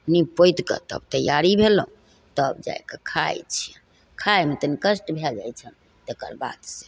नीप पोति कऽ तब तैयारी भेलहुँ तब जा कऽ खाइ छियनि खाइमे तनी कष्ट भए जाइ छनि तकरबाद से